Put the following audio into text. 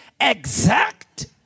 exact